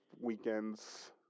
weekends